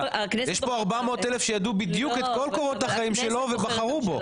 יש כאן 400 אלף שידעו בדיוק את כל קורות החיים שלו ובחרו בו.